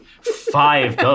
five